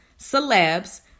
celebs